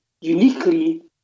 uniquely